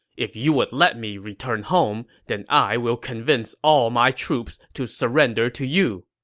if you would let me return home, then i will convince all my troops to surrender to you.